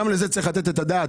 גם לזה צריך לתת את הדעת,